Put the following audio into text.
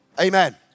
Amen